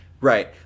Right